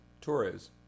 Torres